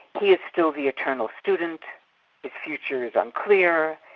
he is still the eternal student, his future is unclear,